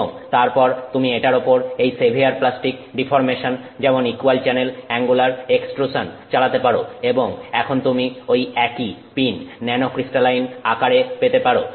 এবং তারপর তুমি এটার উপর এই সেভিয়ার প্লাস্টিক ডিফর্মেশন যেমন ইকুয়াল চ্যানেল অ্যাঙ্গুলার এক্সট্রুসান চালাতে পারো এবং এখন তুমি ঐ একই পিন ন্যানোক্রিস্টালাইন আকারে পেতে পারো